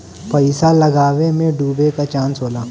पइसा लगावे मे डूबे के चांस होला